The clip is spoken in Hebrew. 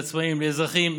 לעצמאים ולאזרחים,